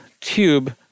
tube